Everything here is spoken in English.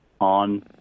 on